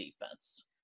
defense